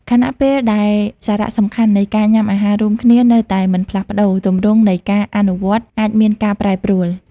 ខណៈពេលដែលសារៈសំខាន់នៃការញ៉ាំអាហាររួមគ្នានៅតែមិនផ្លាស់ប្តូរ ទម្រង់នៃការអនុវត្តអាចមានការប្រែប្រួល។